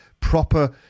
proper